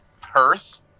Perth